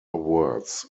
words